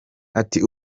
ati